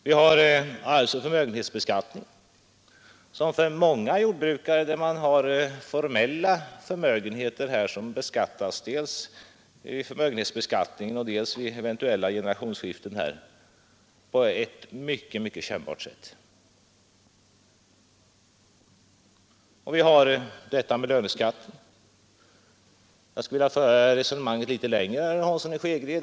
Vi har arvsoch förmögenhetsbeskattningen, som för många jordbrukare med formella förmögenheter är mycket, mycket kännbar. Det märks inte minst vid generationsskiften. Vidare har vi löneskatten. Jag skulle vilja föra resonemanget litet längre än herr Hansson i Skegrie.